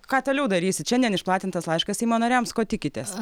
ką toliau darysit šiandien išplatintas laiškas seimo nariams ko tikitės